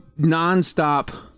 nonstop